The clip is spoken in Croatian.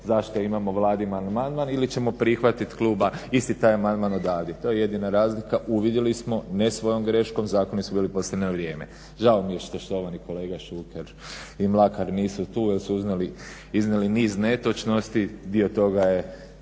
zašto imamo vladin amandman ili ćemo prihvatiti kluba, isti taj amandman odavde. To je jedina razlika. Uvidjeli smo ne svojom greškom, zakoni su bili poslani na vrijeme. Žao mi je što kolega Šuker i Mlakar nisu tu jer su iznijeli niz netočnosti.